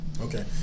Okay